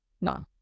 No